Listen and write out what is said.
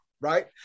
Right